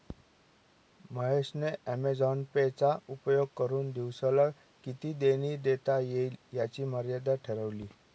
महेश ने Amazon Pay चा उपयोग करुन दिवसाला किती देणी देता येईल याची मर्यादा ठरवली